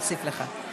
אוסיף לך.